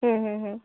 ಹ್ಞೂ ಹ್ಞೂ ಹ್ಞೂ